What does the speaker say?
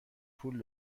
پول